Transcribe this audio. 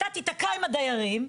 אתה תיתקע עם הדיירים.